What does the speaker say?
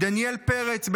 דניאל פרץ,